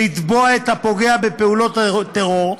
לתבוע את הפוגע בפעולות טרור.